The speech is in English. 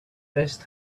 first